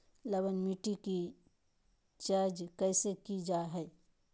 लवन मिट्टी की जच कैसे की जय है?